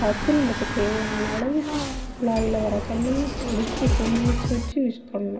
பாத்து நம்மளுக்கு தேவையான அளவு குழாய்ல வர தண்ணியை பிடிச்சி சேமிச்சு வச்சு யூஸ் பண்ணனும்